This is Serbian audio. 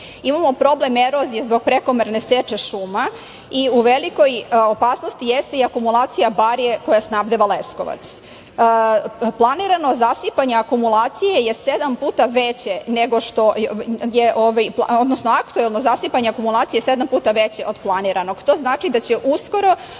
imamo problem erozije zbog prekomerne seče šuma i u velikoj opasnosti jeste i akumulacija bare koja snabdeva Leskovac. Planirano zasipanje akumulacije je sedam puta veće nego što, odnosno